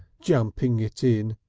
jumping it in.